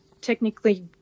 technically